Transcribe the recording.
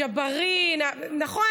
ג'בארין, נכון?